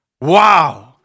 Wow